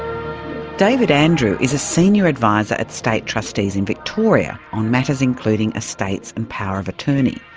david andrew is a senior advisor at state trustees in victoria on matters including estates and power of attorney.